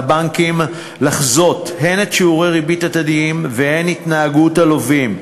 על הבנקים לחזות הן שיעורי ריבית עתידיים והן את התנהגות הלווים.